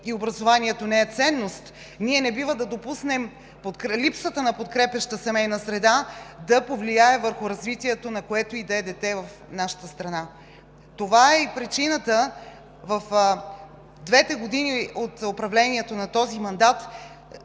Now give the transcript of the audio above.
е приоритет и не е ценност, ние не бива да допуснем липсата на подкрепяща семейна среда да повлия върху развитието, на което и да е дете в нашата страна. Това е и причината в двете години от управлението на този мандат